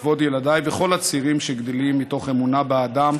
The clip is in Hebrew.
לכבוד ילדיי וכל הצעירים שגדלים מתוך אמונה באדם,